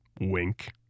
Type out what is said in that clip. Wink